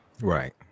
Right